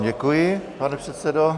Děkuji vám, pane předsedo.